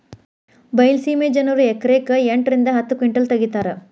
ಬೈಲಸೇಮಿ ಜನರು ಎಕರೆಕ್ ಎಂಟ ರಿಂದ ಹತ್ತ ಕಿಂಟಲ್ ತಗಿತಾರ